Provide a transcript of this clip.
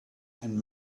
and